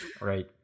Right